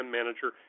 manager